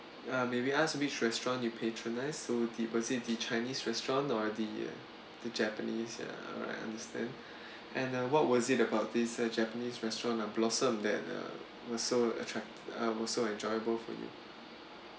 ya maybe ask which restaurant you patronise so the was it the chinese restaurant or the the japanese yeah alright understand and uh what was it about this uh japanese restaurant I'm blossom that uh also attra~ uh also enjoyable for you